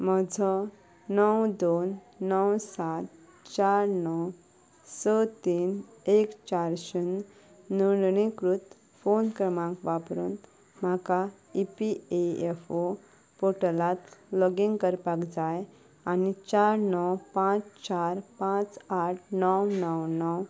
म्हजो णव दोन णव सात चार णव स तीन एक चार शुन्य नोंदणीकृत फोन क्रमांक वापरून म्हाका इपीइएफओ पोर्टलांत लॉग इन करपा जाय आनी चार णव पांच चार पांच आठ णव णव णव